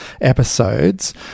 episodes